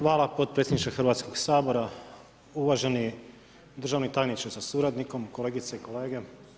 Hvala potpredsjedniče Hrvatskog sabora, uvaženi državni tajniče sa suradnikom, kolegice i kolege.